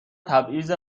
تبعیض